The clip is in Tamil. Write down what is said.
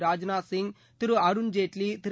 ராஜ்நாத் சிங் திரு அருண்ஜேட்லி திரு